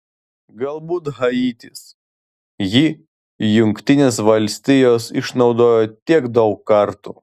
galbūt haitis jį jungtinės valstijos išnaudojo tiek daug kartų